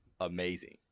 Amazing